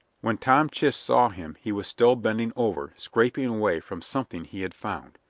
when tom chist saw him he was still bending over, scraping away from something he had found.